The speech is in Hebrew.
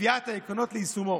לקביעת העקרונות ליישומו,